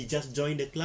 he just join the club